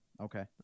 Okay